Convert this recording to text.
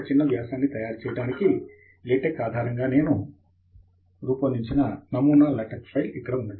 ఒక చిన్న వ్యాసాన్ని తయారు చేయటానికి లేటెక్ ఆధారముగా నేను రూపొందించిన నమూనా లాటెక్స్ ఫైల్ ఇక్కడ ఉంది